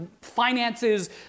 finances